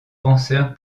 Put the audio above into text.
penseur